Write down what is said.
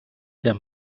der